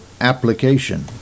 application